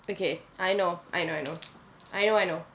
okay I know I know I know I know I know